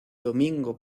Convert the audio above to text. domingo